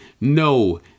No